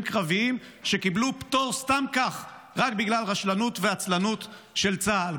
קרביים שקיבלו פטור סתם כך רק בגלל רשלנות ועצלנות של צה"ל.